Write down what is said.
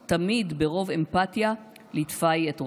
/ תמיד ברוב אמפתיה / ליטפה היא את ראשם,